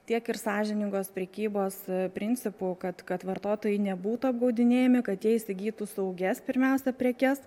tiek ir sąžiningos prekybos principų kad kad vartotojai nebūtų apgaudinėjami kad jie įsigytų saugias pirmiausia prekes